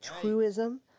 truism